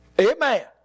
Amen